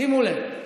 שימו לב.